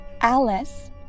Alice